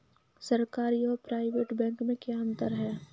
सरकारी और private bank में क्या अंतर है?